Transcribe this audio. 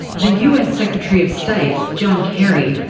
the us secretary of state, john kerry,